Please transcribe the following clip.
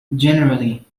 generally